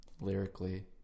lyrically